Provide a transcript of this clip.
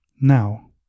Now